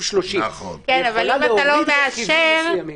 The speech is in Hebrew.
30. היא יכולה להוריד מרכיבים מסוימים.